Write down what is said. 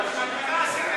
זה לא רציני.